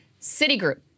Citigroup